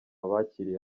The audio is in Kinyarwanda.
bakiriye